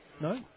No